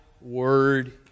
word